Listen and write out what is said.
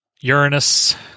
Uranus